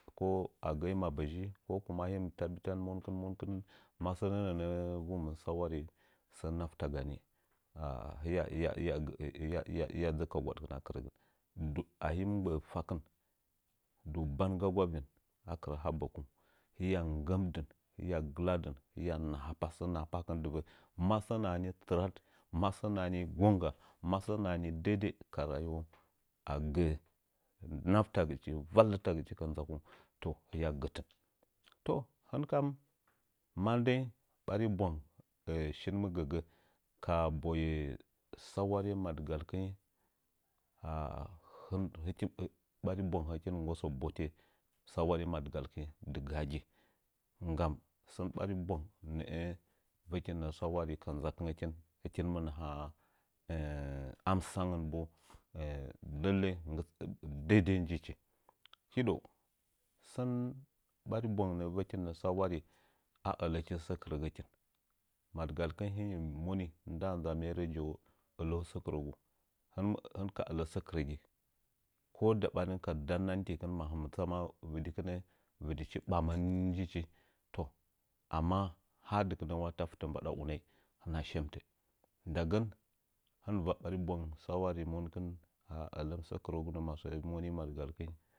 Ko a gə'əi mabəzhin ko kuma him tabbitan monkɨn masə nə'ə vumən sawari sə haftaga ni ane hiya dzə'ə ka gwad kɨn akirəgən du ahim gbə'ə fakɨn du ban gagu akin akɨrə ha bəkung hiya nggəmdɨn hiya gidadɨn hiya nahapa səə naha pakɨn dɨvə masə nahani tsɨrat masəə nahani gongga masəə nahani deidei ka rayuwa agəə nattagichi vallitagɨchi ka ndzakung to hiya gətɨn to hɨnkam ma ndəing bari bwang shin mɨ gəgə ka boye saware madgalkəin hɨn ɓari bwang hɨkɨn mɨng gossə saware madgalkəing hɨn ɓari bwang hɨkin mɨ ng gossə saware madgalkəin dɨga agi nggni sən barn bwang nə'ə vəkunnə sawarikɨn ndza kɨngəkin hɨkin mɨ naha ee amsaunəngən be lallai deidei njichi hidəu sən ɓari bwang nə'ə vəkin nə sawari a ələkin sə kirəgə kin madgalkəing hinggim moni ndaa ndza merajawo ələu sə kɨragu hɨnɨm hɨnka ələ sə kɨrəgi ko da sarin ka dannanti kɨn gama vɨdikɨmə vɨdichi bamə njichi to amma haa dɨkinə wa ta htə mbaɗa unai hɨna shemtə ndagən hɨnva bari bwang sawari monkɨn ana ələm səə kirəgunə masə mmi mangaki